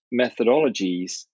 methodologies